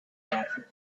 glasses